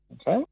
Okay